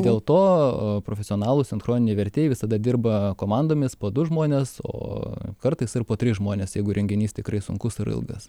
dėl to profesionalūs sinchroniniai vertėjai visada dirba komandomis po du žmones o kartais ir po tris žmones jeigu renginys tikrai sunkus ir ilgas